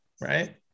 right